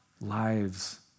Lives